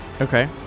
Okay